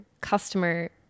customer